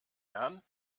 herren